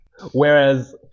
Whereas